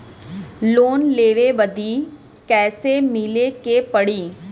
Loan लेवे बदी कैसे मिले के पड़ी?